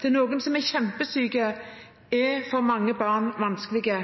til noen som er kjempesyke, er for mange barn vanskelig.